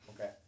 Okay